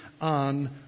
on